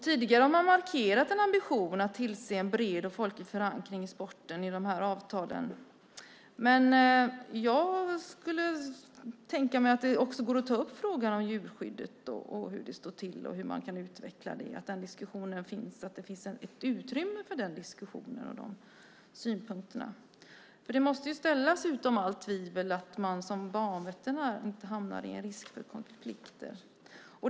Tidigare har man i de här avtalen markerat en ambition att tillse en bred och folklig förankring i sporten. Men jag kan tänka mig att det finns ett utrymme för diskussioner om och synpunkter på hur det står till med djurskyddet och hur man kan utveckla det, för det måste ju ställas utom allt tvivel att man som banveterinär inte hamnar i en risk för konflikter.